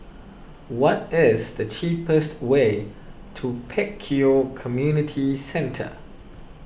what is the cheapest way to Pek Kio Community Centre